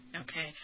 Okay